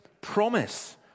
promise